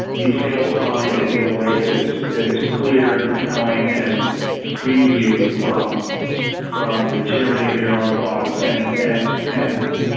you fail to find it in a way that is that is clear and compelling and frees you from from the tyranny of your own thoughts and and and